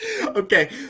okay